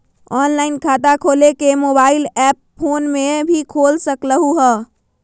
Online खाता खोले के मोबाइल ऐप फोन में भी खोल सकलहु ह?